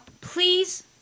please